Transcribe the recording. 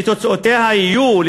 שתוצאותיה יהיו,